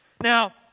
Now